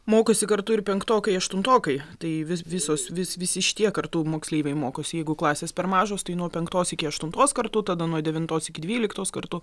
mokosi kartu ir penktokai aštuntokai tai vis visos vis visi šitie kartu moksleiviai mokosi jeigu klasės per mažos tai nuo penktos iki aštuntos kartu tada nuo devintos iki dvyliktos kartu